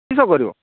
କିସ କରିବ